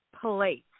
place